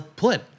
put